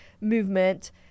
movement